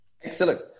Excellent